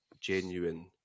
genuine